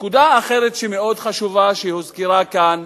נקודה אחרת מאוד חשובה, שהוזכרה כאן: